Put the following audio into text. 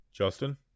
Justin